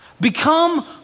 Become